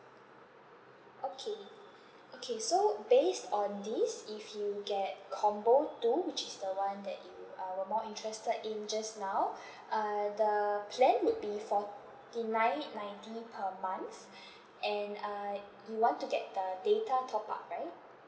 okay okay so based on this if you get combo two which is the one that you uh were more interested in just now uh the plan would be forty nine ninety per month and uh you want to get the data top up right